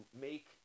make